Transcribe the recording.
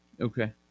Okay